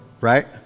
right